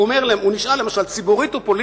הוא נשאל למשל: "ציבורית ופוליטית,